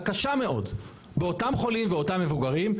הקשה מאוד באותם חולים ואותם מבוגרים,